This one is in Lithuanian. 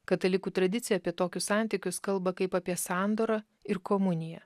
katalikų tradicija apie tokius santykius kalba kaip apie sandorą ir komuniją